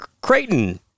Creighton